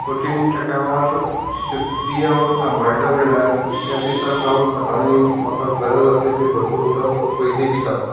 कठीन ट्रेका वेळार शक्ती हांव सांबाळटा म्हळ्यार त्या दिसाक हांव सकाळीं म्हाका गरज आसा तितली भरपूर उदक पिता